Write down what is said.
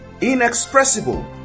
inexpressible